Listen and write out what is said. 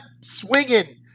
swinging